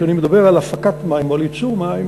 כשאני מדבר על הפקה או על ייצור של מים,